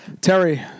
Terry